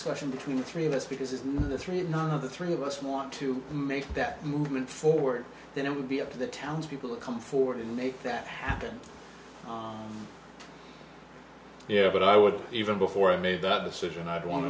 discussion between the three of us because none of the three none of the three of us want to make that movement forward then it would be up to the townspeople to come forward and make that happen yeah but i would even before i made that decision i'd want to